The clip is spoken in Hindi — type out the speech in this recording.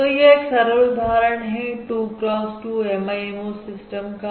तो यह एक सरल उदाहरण है 2 cross 2 MIMO सिस्टम का